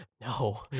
no